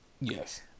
Yes